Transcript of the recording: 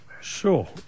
Sure